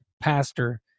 pastor